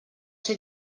ser